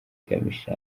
kamichi